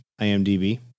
IMDb